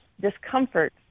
discomfort